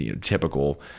typical